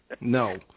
No